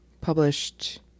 published